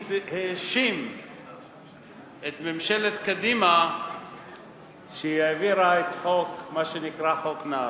הוא האשים את ממשלת קדימה שהיא העבירה את מה שנקרא "חוק נהרי".